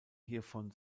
hiervon